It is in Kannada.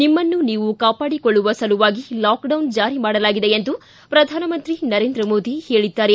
ನಿಮ್ನನ್ನು ನೀವು ಕಾಪಾಡಿಕೊಳ್ಳುವ ಸಲುವಾಗಿ ಲಾಕ್ಡೌನ್ ಜಾರಿ ಮಾಡಲಾಗಿದೆ ಎಂದು ಪ್ರಧಾನಮಂತ್ರಿ ನರೇಂದ್ರ ಮೋದಿ ಹೇಳಿದ್ದಾರೆ